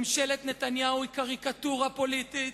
ממשלת נתניהו היא קריקטורה פוליטית,